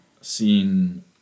seen